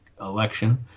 election